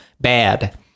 bad